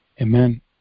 Amen